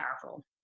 powerful